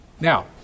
Now